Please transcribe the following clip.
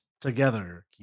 together